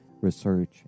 research